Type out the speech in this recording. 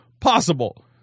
possible